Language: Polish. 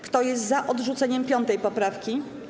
Kto jest za odrzuceniem 5. poprawki?